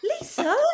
Lisa